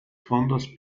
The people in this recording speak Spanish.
fondos